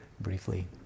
briefly